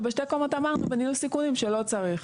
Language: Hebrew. שבשתי הקומות אמרנו בניהול סיכונים שלא צריך.